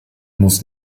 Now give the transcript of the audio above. muss